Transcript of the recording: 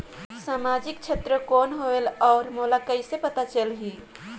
समाजिक क्षेत्र कौन होएल? और मोला कइसे पता चलही?